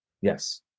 Yes